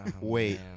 wait